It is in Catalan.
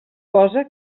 cosa